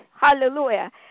hallelujah